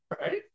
right